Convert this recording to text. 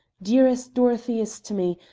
dear as dorothy is to me,